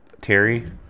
Terry